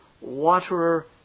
waterer